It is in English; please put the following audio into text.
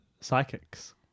psychics